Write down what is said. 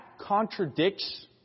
contradicts